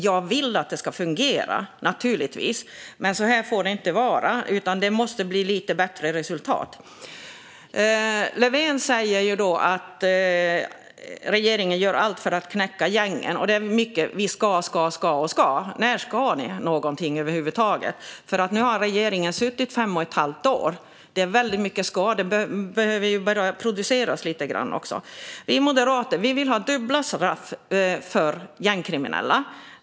Jag vill naturligtvis att det ska fungera, men så här får det inte vara, utan det måste bli lite bättre resultat. Löfven säger att regeringen gör allt för att knäcka gängen. Det är mycket: Vi ska, ska, ska och ska. När "ska" ni någonting över huvud taget? Nu har regeringen suttit i fem och ett halvt år. Det är väldigt mycket "ska". Det behöver börja produceras lite grann också. Vi moderater vill ha dubbla straff för gängkriminella.